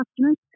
customers